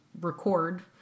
record